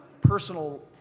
personal